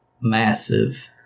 massive